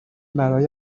برای